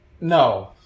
no